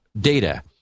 data